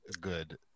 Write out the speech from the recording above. good